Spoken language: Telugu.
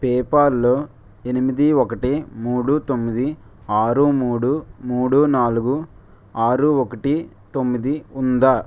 పేపాల్లో ఎనిమిది ఒకటి మూడు తొమ్మిది ఆరు మూడు మూడు నాలుగు ఆరు ఒకటి తొమ్మిది ఉందా